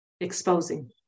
exposing